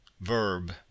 verb